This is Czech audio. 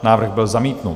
Návrh byl zamítnut.